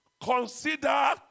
consider